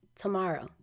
tomorrow